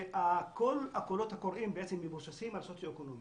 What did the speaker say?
וכל הקולות הקוראים בעצם מבוססים על סוציואקונומי,